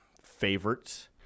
favorites